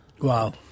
Wow